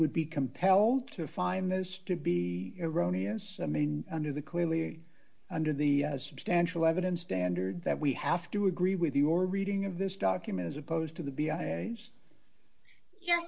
would be compelled to find this to be iranian i mean under the clearly under the substantial evidence standard that we have to agree with your reading of this document as opposed to the ye